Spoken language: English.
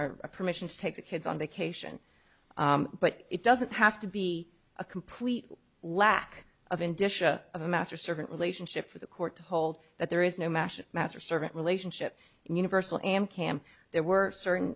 are a permission to take the kids on vacation but it doesn't have to be a complete lack of in disha of a master servant relationship for the court to hold that there is no mash master servant relationship universal and cam there were certain